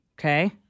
Okay